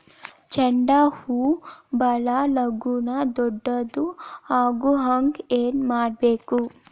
ಚಂಡ ಹೂ ಭಾಳ ಲಗೂನ ದೊಡ್ಡದು ಆಗುಹಂಗ್ ಏನ್ ಮಾಡ್ಬೇಕು?